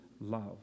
love